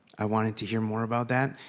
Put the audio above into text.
i wanted to hear more about that,